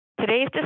Today's